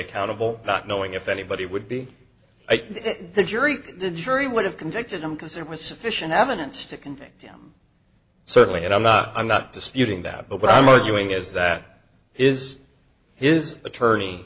accountable not knowing if anybody would be i think the jury the jury would have convicted him because there was sufficient evidence to convict him certainly and i'm not i'm not disputing that but what i'm arguing is that is his attorney